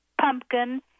pumpkin